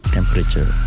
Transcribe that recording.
Temperature